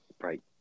Right